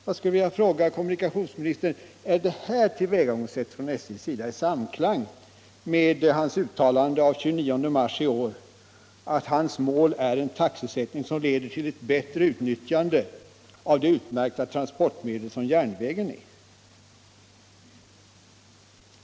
Jag vill fråga kommunikationsministern: Står detta SJ:s tillvägagångssätt i samklang med det uttalande som kommunikationsministern gjorde | den 29 mars i år, nämligen att kommunikationsministerns mål är en I taxesättning som leder till ett bättre utnyttjande av det utmärkta trans | portmedel som järnvägen är?